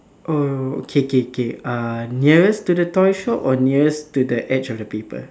oh K K K uh nearest to the toy shop or nearest to the edge of the paper